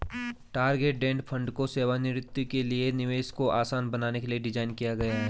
target date fund को सेवानिवृत्ति के लिए निवेश को आसान बनाने के लिए डिज़ाइन किया गया है